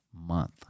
month